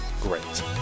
great